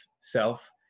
self